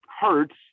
hurts